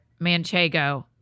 manchego